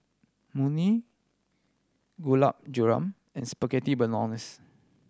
Imoni Gulab Jamun and Spaghetti Bolognese